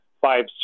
five